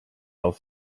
aus